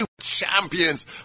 champions